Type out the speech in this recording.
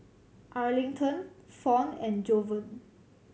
Arlington Fawn and Jovan